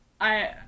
I-